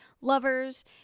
lovers